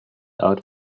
out